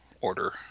order